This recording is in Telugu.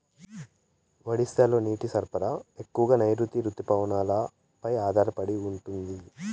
ఒడిశాలో నీటి సరఫరా ఎక్కువగా నైరుతి రుతుపవనాలపై ఆధారపడి ఉంటుంది